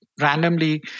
randomly